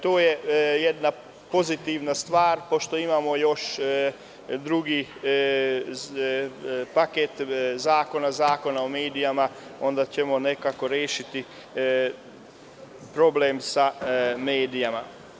To je jedna pozitivna stvar, pošto imamo još drugih zakona, mislim na ovaj drugi paket, pa ćemo nekako rešiti problem sa medijima.